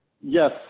Yes